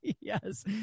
Yes